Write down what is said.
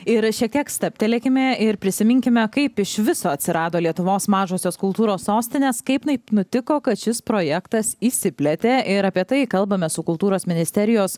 ir šiek tiek stabtelėkime ir prisiminkime kaip iš viso atsirado lietuvos mažosios kultūros sostinės kaip taip nutiko kad šis projektas išsiplėtė ir apie tai kalbame su kultūros ministerijos